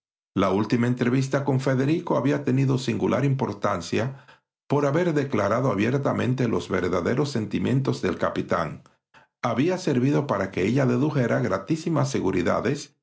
la última entrevista con federico había tenido singular importancia por haber declarado abiertamente los verdaderos sentimientos del capitán había servido para que ella dedujera gratísimas seguridades